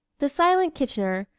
the silent kitchener,